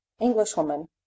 Englishwoman